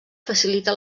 facilita